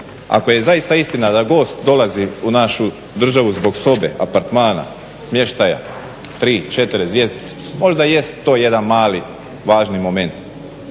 ako je zaista istina da gost dolazi u našu državu zbog sobe, apartmana, smještaja, tri četiri zvjezdice možda jest to jedan mali važni moment.